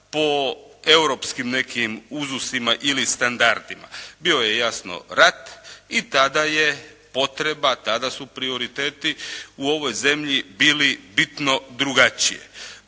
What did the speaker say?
po europskim nekim uzusima ili standardima. Bio je, jasno, rat i tada je potreba, tada su prioriteti u ovoj zemlji bili bitno drugačije.